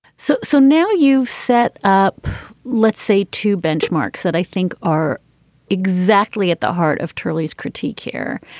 so so now you've set up, let's say, two benchmarks that i think are exactly at the heart of turley's critique here.